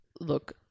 Look